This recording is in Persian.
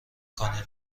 کنین